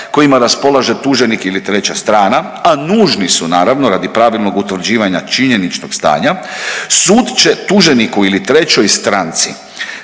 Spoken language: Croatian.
kojima raspolaže tuženik ili treća strana, a nužni su naravno radi pravilnog utvrđivanja činjeničnog stanja, sud će tuženiku ili trećoj stranci